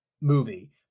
movie